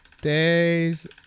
Days